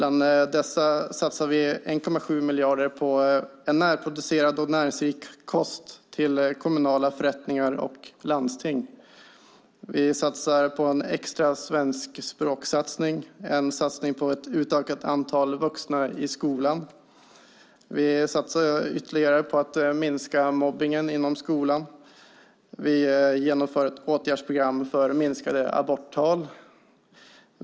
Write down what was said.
Av dessa satsar vi 1,7 miljarder på en närproducerad och näringsrik kost till kommunala inrättningar och landsting. Vi gör en extra svenskspråkssatsning och en satsning på ett utökat antal vuxna i skolan. Vi satsar ytterligare på att minska mobbningen inom skolan. Vi genomför ett åtgärdsprogram för minskade aborttal.